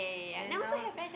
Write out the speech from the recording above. then now